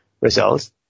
results